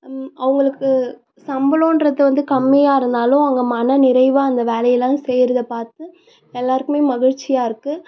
அவங்களுக்கு சம்பளோம்றது வந்து கம்மியாக இருந்தாலும் அவங்க மன நிறைவாக அந்த வேலையெல்லாம் செய்யுறத பார்த்து எல்லோருக்குமே மகிழ்ச்சியாக இருக்குது